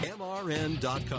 MRN.com